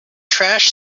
trash